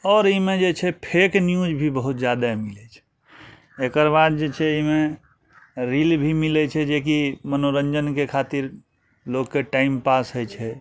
आओर अइमे जे छै फेक न्यूज भी बहुत जादे मिलय छै एकरबाद जे छै अइमे रील भी मिलय छै जेकी मनोरञ्जनके खातिर लोकके टाइम पास होइ छै